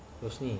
we'll see